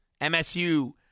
MSU